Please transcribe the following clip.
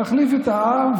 להחליף את העם,